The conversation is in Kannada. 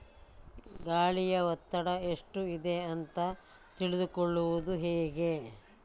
ಗಾಳಿಯ ಒತ್ತಡ ಎಷ್ಟು ಇದೆ ಅಂತ ತಿಳಿದುಕೊಳ್ಳುವುದು ಹೇಗೆ?